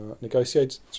negotiates